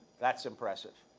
that's impressive.